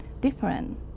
different